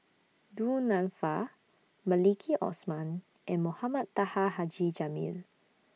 Du Nanfa Maliki Osman and Mohamed Taha Haji Jamil